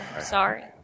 Sorry